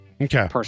Okay